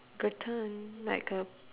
gratin like a